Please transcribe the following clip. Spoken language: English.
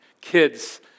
Kids